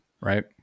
right